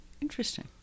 Interesting